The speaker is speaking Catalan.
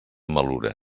malura